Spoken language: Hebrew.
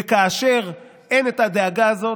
וכאשר אין את הדאגה הזאת,